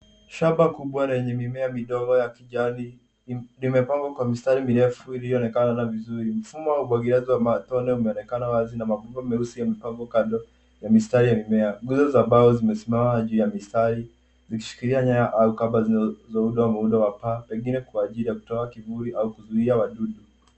Shamba kubwa lenye mimea midogo ya kijani limepangwa kwa mistari mirefu iliyoonekana vizuri. Mfumo wa umwagiliaji wa matone unaonekana wazi na mabomba meusi yamepangwa kando ya mistari ya mimea. Nguzo za mbao zimesimama juu ya mistari vikishikilia nyaya au kamba zinazounda muundo wa paa pengine kwa ajili ya kutoa kivuli au kuzuia wadudu .